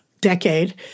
decade